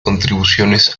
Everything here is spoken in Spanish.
contribuciones